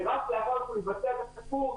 ורק לאחר שהוא יבצע את הקורס,